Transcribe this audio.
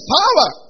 power